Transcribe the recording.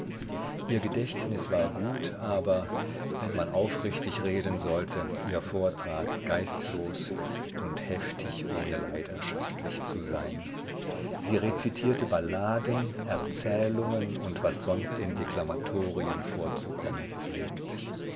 ihr gedächtnis war gut aber wenn man aufrichtig reden sollte ihr vortrag geistlos und heftig ohne leidenschaftlich zu sein sie rezitierte balladen erzählungen und was sonst in deklamatorien vorzukommen pflegt